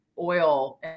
oil